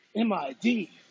M-I-D